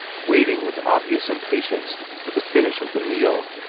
waiting with obvious impatience for the finish of the meal.